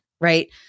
right